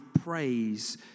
praise